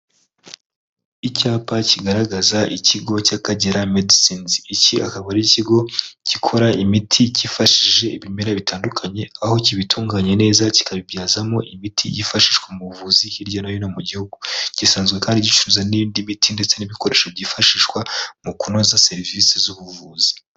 Icyapa kigaragaza ikigo cy'Akagera Medisinizi, iki akaba ari ikigo gikora imiti kifashishije ibimera bitandukanye, aho kibitunganya neza kikabibyazamo imiti yifashishwa mu buvuzi hirya no hino mu gihugu, gisanzwe kandi gicuruza n'indi miti ndetse n'ibikoresho byifashishwa mu kunoza serivisi z'ubuvuzi.